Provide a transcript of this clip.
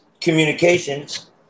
communications